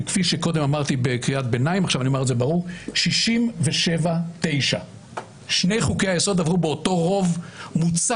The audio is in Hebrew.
וכפי שאמרתי קודם בקריאת ביניים 9-67. שני חוקי היסוד עברו באותו רוב מוצק,